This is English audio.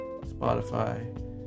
spotify